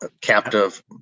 captive